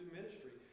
ministry